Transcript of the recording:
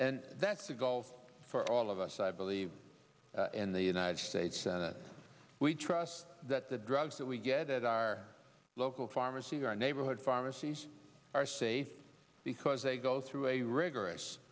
and that's the goal for all of us i believe in the united states senate we trust that the drugs that we get at our local pharmacy our neighborhood pharmacies are safe because they go through a rigorous